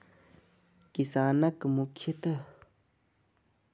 किसान मुख्यतः गहूम, चना, चावल, सरिसो केर थ्रेसिंग करै छै